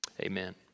Amen